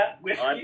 whiskey